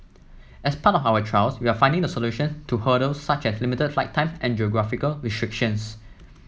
as part of our trials we are finding the solutions to hurdles such as limited flight times and geographical restrictions